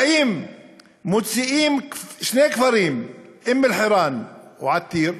ומוציאים שני כפרים, אום-אלחיראן ועתיר,